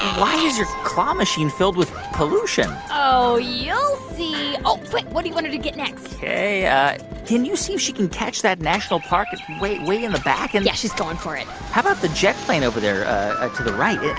why is your claw machine filled with pollution? oh, you'll see. oh. like what do you want to get next? ok. yeah can you see if she can catch that national park way way in the back? and yeah, she's going for it how about the jet plane over there to the right?